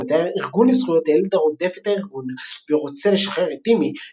הספר מתאר ארגון לזכויות הילד הרודף את הארגון ורוצה לשחרר את טימי,